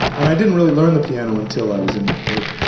and i didn't really learn the piano until i was in my thirty s,